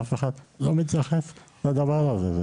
אף אחד לא מתייחס לדבר הזה.